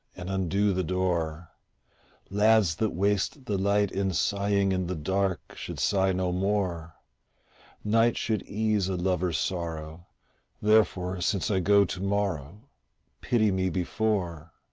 and undo the door lads that waste the light in sighing in the dark should sigh no more night should ease a lover's sorrow therefore, since i go to-morrow pity me before.